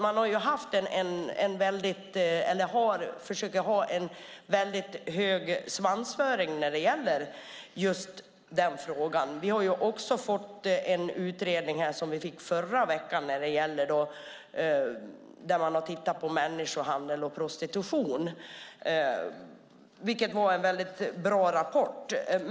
Man försöker ha en hög svansföring när det gäller just den frågan. Vi fick också en utredning förra veckan där man har tittat på människohandel och prostitution, vilket var en väldigt bra rapport.